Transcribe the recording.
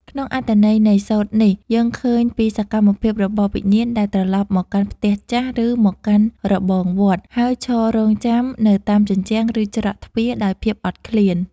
ក្នុងអត្ថន័យនៃសូត្រនេះ យើងឃើញពីសកម្មភាពរបស់វិញ្ញាណដែលត្រឡប់មកកាន់ផ្ទះចាស់ ឬមកកាន់របងវត្ត ហើយឈររង់ចាំនៅតាមជញ្ជាំង ឬច្រកទ្វារដោយភាពអត់ឃ្លាន។